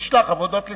ותשלח עבודות לסין.